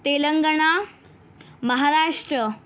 Telangana Maharashtra